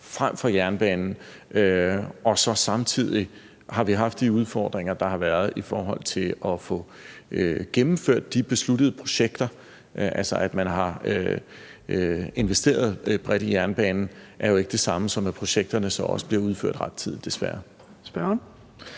frem for jernbanen. Og samtidig har vi haft de udfordringer, der har været med at få gennemført de projekter, der er blevet besluttet. Altså, at man har investeret bredt i jernbanen, er jo ikke det samme, som at projekterne så også bliver udført rettidigt, desværre.